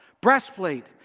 breastplate